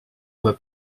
were